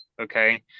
okay